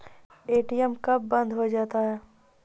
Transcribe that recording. ATM कब बंद हो जाता हैं?